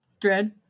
Dread